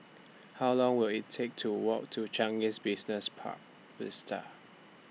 How Long Will IT Take to Walk to Changi Business Park Vista